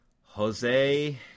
Jose